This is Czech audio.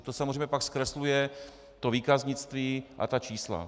To samozřejmě pak zkresluje to výkaznictví a ta čísla.